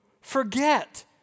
forget